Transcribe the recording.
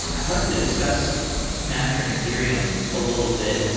i'd like to discuss mastering ethereum a little bit.